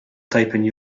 typing